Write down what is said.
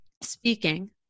speaking